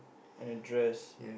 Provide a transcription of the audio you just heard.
and a dress